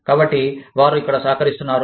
కాబట్టి వారు ఇక్కడ సహకరిస్తున్నారు